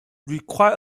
require